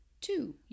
Two